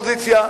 ומהאופוזיציה,